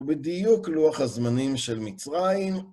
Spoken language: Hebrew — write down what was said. בדיוק לוח הזמנים של מצרים.